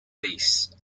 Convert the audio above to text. base